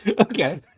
Okay